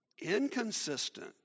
inconsistent